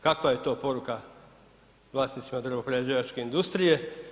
Kakva je to poruka vlasnicima drvoprerađivačke industrije?